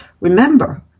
remember